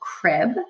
crib